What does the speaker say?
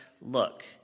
look